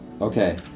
Okay